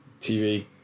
TV